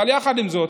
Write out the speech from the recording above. אבל יחד עם זאת,